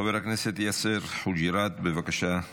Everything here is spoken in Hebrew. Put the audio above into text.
חבר הכנסת יאסר חוג'יראת, בבקשה.